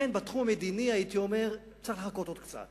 בתחום המדיני צריך לחכות עוד קצת,